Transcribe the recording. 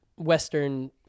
western